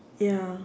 ya